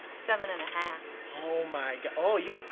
seven and a half. oh my g oh, you